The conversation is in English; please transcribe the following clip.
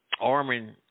arming